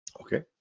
Okay